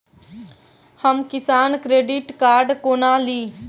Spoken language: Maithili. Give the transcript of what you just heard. हम किसान क्रेडिट कार्ड कोना ली?